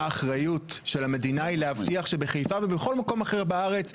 האחריות של המדינה היא להבטיח שבחיפה ובכל מקום אחר בארץ,